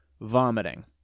vomiting